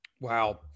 Wow